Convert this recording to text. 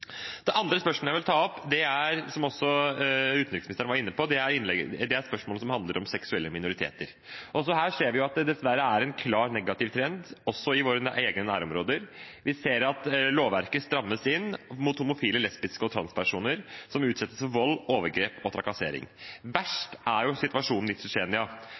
Det andre spørsmålet jeg vil ta opp, som også utenriksministeren var inne på, er spørsmålet som handler om seksuelle minoriteter. Her ser vi at det dessverre er en klar negativ trend også i våre egne nærområder. Vi ser at lovverket strammes inn mot homofile, lesbiske og transpersoner, som utsettes for vold, overgrep og trakassering. Verst er situasjonen